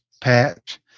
patch